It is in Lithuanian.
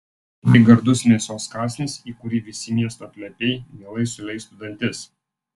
tai gardus mėsos kąsnis į kurį visi miesto plepiai mielai suleistų dantis